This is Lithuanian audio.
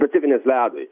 specifinės ledui